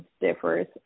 differs